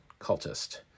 cultist